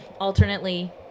alternately